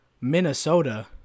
Minnesota